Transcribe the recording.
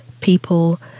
people